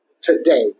today